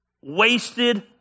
wasted